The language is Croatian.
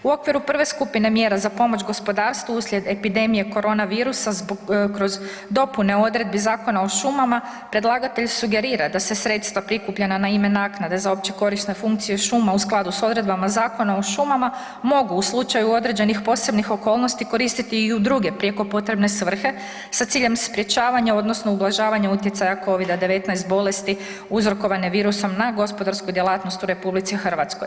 U okviru prve skupine mjera za pomoć gospodarstvu uslijed epidemije koronavirusa zbog, kroz dopune odredbi Zakona o šumama, predlagatelj sugerira da se sredstva prikupljena na ime naknade za općekorisne funkcije šuma u skladu s odredbama Zakona o šumama mogu, u slučaju određenih posebnih okolnosti koristiti i u druge prijeko potrebne svrhe sa ciljem sprječavanja odnosno ublažavanja utjecaja Covida-19 bolesti uzrokovane virusom na gospodarsku djelatnost u RH.